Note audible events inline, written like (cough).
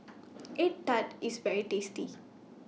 (noise) Egg Tart IS very tasty